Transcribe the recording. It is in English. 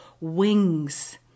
wings